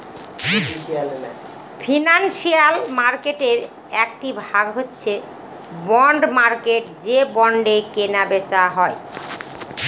financial মার্কেটের একটি ভাগ হচ্ছে বন্ড মার্কেট যে বন্ডে কেনা বেচা হয়